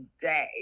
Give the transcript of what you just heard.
day